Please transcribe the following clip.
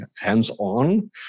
hands-on